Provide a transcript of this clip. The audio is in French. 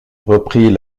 reprit